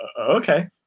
okay